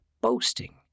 boasting